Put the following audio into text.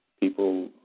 people